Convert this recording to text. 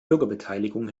bürgerbeteiligung